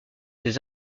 des